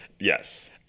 yes